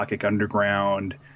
underground